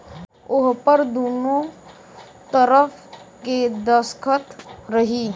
ओहपर दुन्नो तरफ़ के दस्खत रही